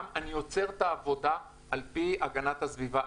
ואני צריך לעצור את העבודה על פי הגנת הסביבה.